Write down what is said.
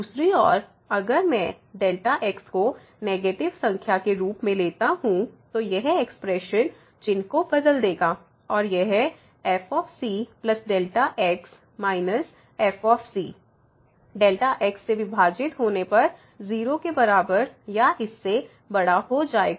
दूसरी ओर अगर मैं Δx को नेगेटिव संख्या के रूप में लेता हूं तो यह एक्सप्रेशन चिन्ह को बदल देगा और यह fcΔ x −f Δx से विभाजित होने पर 0 के बराबर या इससे बड़ा हो जाएगा